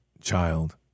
child